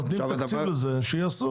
נותנים תקציב לזה, אז שיעשו.